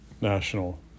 national